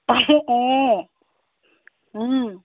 অঁ